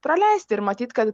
praleisti ir matyt kad